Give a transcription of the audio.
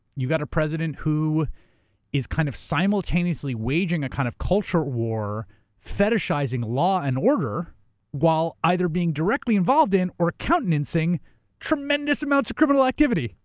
you've got a president who is kind of simultaneously waging a kind of culture war fetishizing law and order while either being directly involved in or countenancing tremendous amounts of criminal activity.